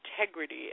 integrity